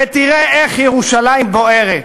ותראה איך ירושלים בוערת,